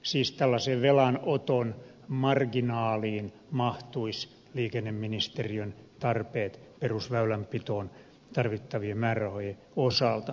siis tällaiseen velanoton marginaaliin mahtuisivat liikenneministeriön tarpeet perusväylänpitoon tarvittavien määrärahojen osalta